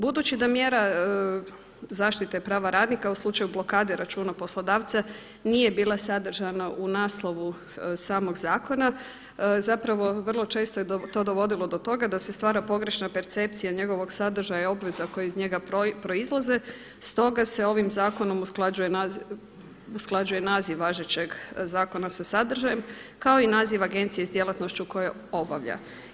Budući da mjera zaštite prava radnika u slučaju blokade računa poslodavca nije bila sadržana u naslovu samog zakona, zapravo vrlo često je to dovodilo do toga da se stvara pogrešna percepcija njegovog sadržaja i obveza koje iz njega proizlaze sto ga ovim zakonom usklađuje naziv važećeg zakona sa sadržajem kao i naziv agencije s djelatnošću koje obavlja.